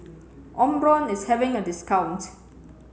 Omron is having a discount